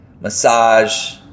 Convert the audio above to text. massage